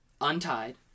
untied